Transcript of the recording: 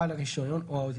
בעל הרישיון או ההיתר.